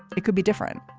it could be different.